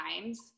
times